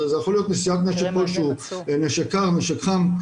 זה יכול להיות נשיאת נשק כלשהו, נשק קר, נשק חם,